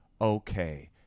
Okay